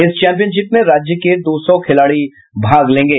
इस चैंपियनशिप में राज्य के दो सौ खिलाड़ी भाग लेंगे